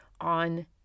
on